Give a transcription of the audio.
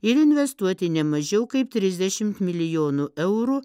ir investuoti ne mažiau kaip trisdešimt milijonų eurų